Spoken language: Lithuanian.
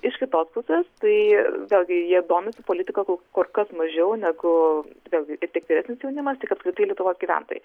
iš kitos pusės tai vėlgi jie domisi politika kur kas mažiau negu vėlgi tiek vyresnis jaunimas tiek apskritai lietuvos gyventojai